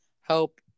help